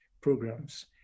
programs